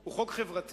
הוא חוק חברתי.